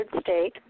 state